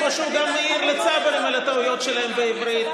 כמו שהוא מעיר גם לצברים על הטעויות שלהם בעברית.